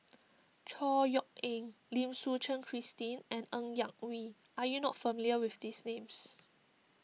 Chor Yeok Eng Lim Suchen Christine and Ng Yak Whee are you not familiar with these names